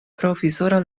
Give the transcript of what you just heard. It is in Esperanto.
provizora